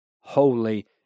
holy